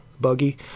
buggy